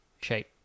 shape